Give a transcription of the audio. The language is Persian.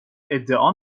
ادعا